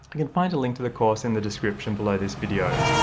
but can find a link to the course in the description below this video.